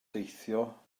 deithio